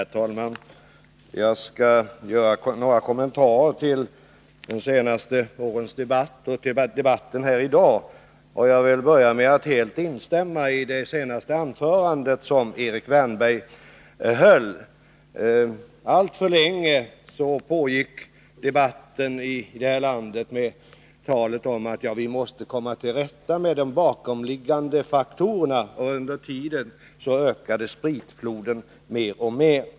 Herr talman! Jag skall göra några kommentarer till de senaste årens debatt och debatten här i dag. Jag vill börja med att helt instämma i det senaste anförandet av Erik Wärnberg. Alltför länge pågick debatten i det här landet med talet om att vi måste komma till rätta med de bakomliggande faktorerna. Under tiden ökade spritfloden mer och mer.